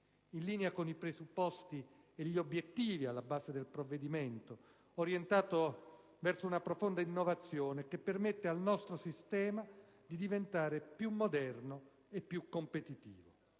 in linea con i presupposti e gli obiettivi alla base del provvedimento, orientato verso una profonda innovazione che permette al nostro sistema di diventare più moderno e più competitivo.